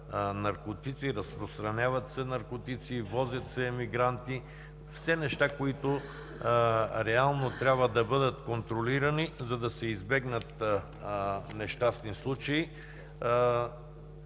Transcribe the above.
наркотици, разпространяват се наркотици, возят се емигранти – все неща, които реално трябва да бъдат контролирани, за да се избегнат нещастни случаи.